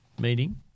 meeting